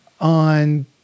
on